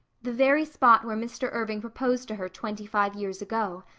the very spot where mr. irving proposed to her twenty-five years ago.